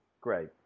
Great